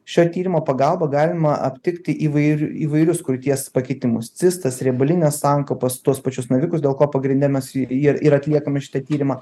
šio tyrimo pagalba galima aptikti įvairių įvairius krūties pakitimus cistas riebalines sankaupas tuos pačius navikus dėl ko pagrinde mes jį ir atliekame šitą tyrimą